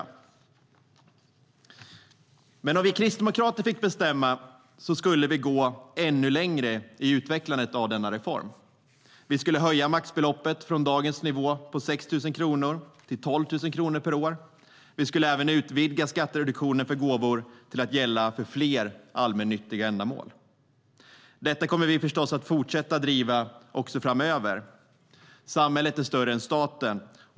Men om vi kristdemokrater fick bestämma skulle vi gå ännu längre i utvecklandet av denna lyckade reform. Vi skulle höja maxbeloppet från dagens nivå på 6 000 kronor till 12 000 kronor per år. Vi skulle även utvidga skattereduktionen för gåvor till att gälla fler allmännyttiga ändamål. Detta kommer vi förstås att fortsätta driva också framöver. Samhället är större än staten.